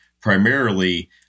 primarily